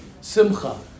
simcha